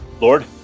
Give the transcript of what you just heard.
Lord